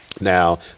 Now